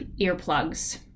earplugs